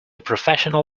professional